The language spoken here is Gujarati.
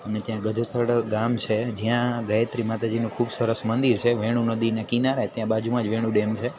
અને ત્યાં ગધેથડ ગામ છે જ્યાં ગાયત્રી માતાજીનું ખૂબ સરસ મંદિર છે વેણુ નદીને કિનારે ત્યાં બાજુમાં વેણુ ડેમ છે